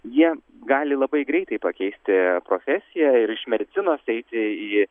jie gali labai greitai pakeisti profesiją ir iš medicinos eiti į